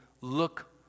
look